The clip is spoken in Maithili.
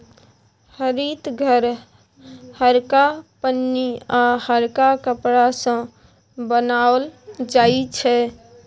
हरित घर हरका पन्नी आ हरका कपड़ा सँ बनाओल जाइ छै